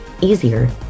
easier